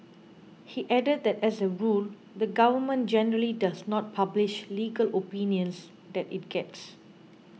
he added that as a rule the Government generally does not publish legal opinions that it gets